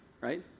right